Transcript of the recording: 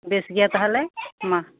ᱵᱮᱥ ᱜᱮᱭᱟ ᱛᱟᱦᱚᱞᱮ ᱢᱟ